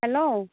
hello